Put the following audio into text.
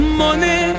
money